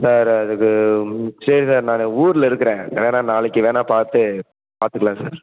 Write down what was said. sir அதுக்கு சரி sir நான் ஊரில் இருக்கிறேன் நேராக நாளைக்கு வேணுணா பார்த்து பார்த்துக்கலாம் சார்